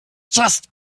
just